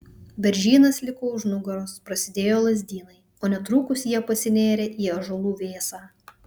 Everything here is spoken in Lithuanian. beržynas liko už nugaros prasidėjo lazdynai o netrukus jie pasinėrė į ąžuolų vėsą